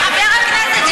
חבר הכנסת ג'בארין,